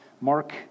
Mark